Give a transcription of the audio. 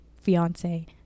fiance